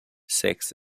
sex